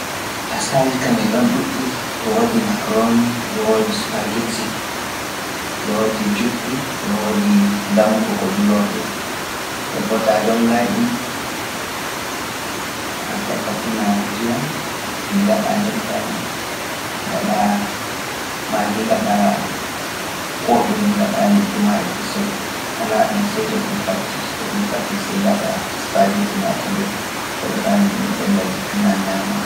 Pastaaji kan e ɗon ɗuuɗɗi e woodi makaroni e woodi spaghetti e woodi juɗɗi e woodi damudi, ta jonngai kebaa liƴƴi ma e kusel ala ɗun sae to ɗum fati to ɗum fati sae ngaɗa spaghetti ma to nder keɗo ɗa ɗum ɗum ɓen da njippina ñaama.